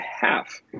half